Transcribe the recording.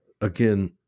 again